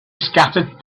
scattered